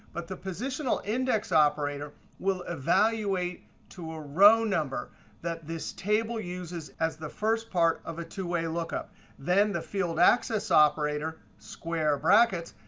but the positional index operator will evaluate to a row number that this table uses as the first part of a two-way lookup. then the field axis operator, square brackets,